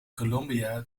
colombia